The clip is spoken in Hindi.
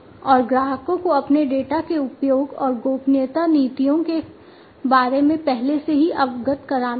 और ग्राहकों को अपने डेटा के उपयोग और गोपनीयता नीतियों के बारे में पहले से ही अवगत कराना होगा